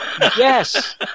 Yes